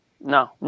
No